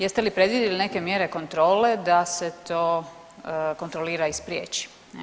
Jeste li predvidjeli neke mjere kontrole da se to kontrolira i spriječi?